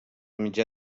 mitjà